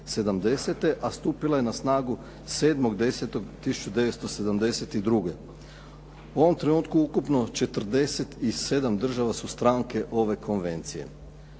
a stupila je na snagu 07. 10. 1972. U ovom trenutku ukupno 47 država su stranke ove konvencije.